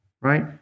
Right